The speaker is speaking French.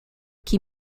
qui